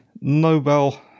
Nobel